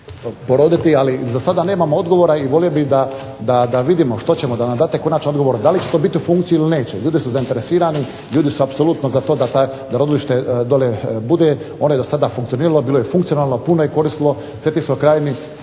ali za sada nemamo odgovora i volio bih da vidimo što ćemo, da nam date konačan odgovor da li će to biti u funkciji ili neće. Ljudi su zainteresirani, ljudi su apsolutno za to da rodilište dole bude, ono je do sada funkcioniralo, bilo je funkcionalno, puno je koristilo cetinskoj krajini,